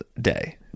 day